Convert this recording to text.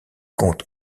compte